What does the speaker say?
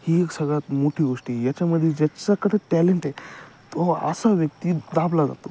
ही एक सगळ्यात मोठी गोष्ट आहे याच्यामध्ये ज्याच्याकडं टॅलेंट आहे तो असा व्यक्ती दाबला जातो